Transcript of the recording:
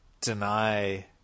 deny